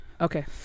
Okay